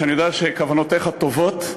שאני יודע שכוונותיך טובות,